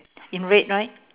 in red right